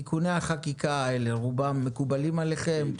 תיקוני החקיקה האלה מקובלים עליכם?